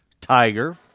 Tiger